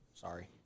Sorry